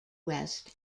west